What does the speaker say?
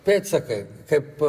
pėdsakai kaip